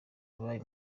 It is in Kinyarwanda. yabaye